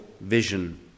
vision